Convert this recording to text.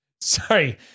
sorry